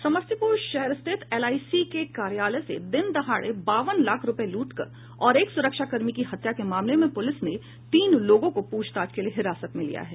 समस्तीपुर शहर स्थित एलआईसी के एक कार्यालय से दिन दहाड़े बावन लाख रुपये लूट और एक सुरक्षाकर्मी की हत्या के मामले में पुलिस ने तीन लोगों को पूछताछ के लिये हिरासत में लिया है